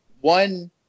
one